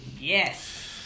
Yes